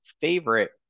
favorite